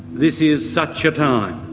this is such a time.